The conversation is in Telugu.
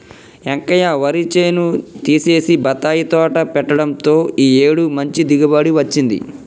వెంకయ్య వరి చేను తీసేసి బత్తాయి తోట పెట్టడంతో ఈ ఏడు మంచి దిగుబడి వచ్చింది